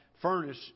furnace